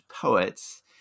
poets